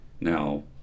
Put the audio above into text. now